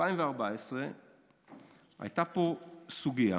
ב-2014 הייתה פה סוגיה